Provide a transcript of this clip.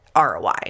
ROI